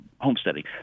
homesteading